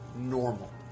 normal